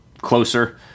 closer